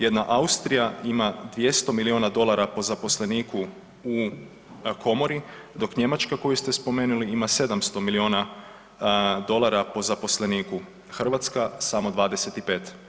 Jedna Austrija ima 200 miliona dolara po zaposleniku u komori dok Njemačka koju ste spomenuli ima 700 miliona dolara po zaposleniku, Hrvatska samo 25.